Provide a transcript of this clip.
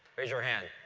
raise your hand.